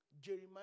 Jeremiah